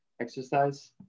exercise